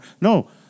No